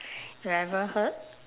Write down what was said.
you ever heard